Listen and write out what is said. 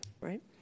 right